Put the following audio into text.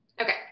okay